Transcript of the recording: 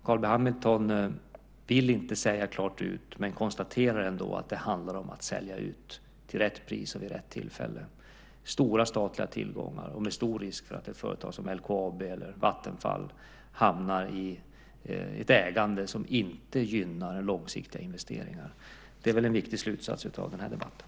Carl B Hamilton vill inte säga klart ut - men konstaterar ändå - att det handlar om att sälja ut till rätt pris och vid rätt tillfälle stora statliga tillgångar, med stor risk för att företag som LKAB eller Vattenfall hamnar i ett ägande som inte gynnar långsiktiga investeringar. Det är en viktig slutsats av den här debatten.